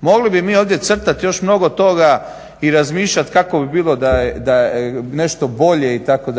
Mogli bi mi ovdje crtat još mnogo toga i razmišljat kako bi bilo da je nešto bolje itd.,